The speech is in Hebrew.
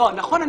נכון.